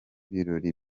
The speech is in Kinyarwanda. birori